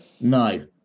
No